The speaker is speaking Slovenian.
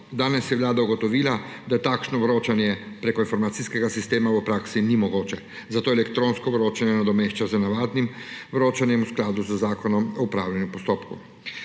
Danes je Vlada ugotovila, da takšno vročanje preko informacijskega sistema v praksi ni mogoče, zato elektronsko vročanje nadomešča z navadnim vročanjem v skladu z Zakonom o splošnem upravnem postopku.